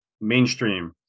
mainstream